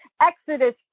Exodus